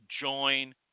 join